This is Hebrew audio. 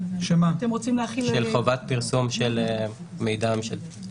של חובת פרסום של מידע ממשלתי.